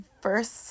first